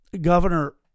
governor